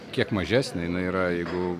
kiek mažesnė jinai yra jeigu